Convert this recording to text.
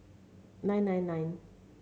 nine nine nine